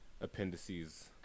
appendices